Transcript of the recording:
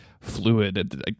fluid